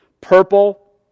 Purple